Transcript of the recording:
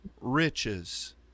riches